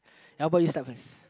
how about you start first